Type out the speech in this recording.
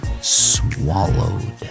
swallowed